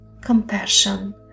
compassion